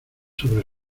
sobre